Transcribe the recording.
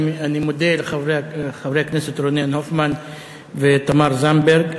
אני מודה לחברי הכנסת רונן הופמן ותמר זנדברג,